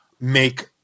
make